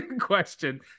question